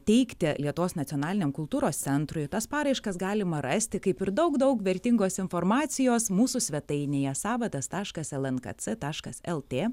teikti lietuvos nacionaliniam kultūros centrui tas paraiškas galima rasti kaip ir daug daug vertingos informacijos mūsų svetainėje savadas taškas elnkc taškas lt